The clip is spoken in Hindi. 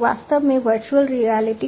तो वास्तव में वर्चुअल रियलिटी